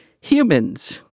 humans